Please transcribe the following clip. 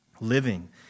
Living